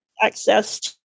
access